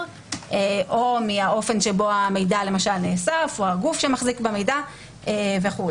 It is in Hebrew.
או מהאופן שבו המידע למשל נאסף או הגוף שמחזיק במידע וכו'.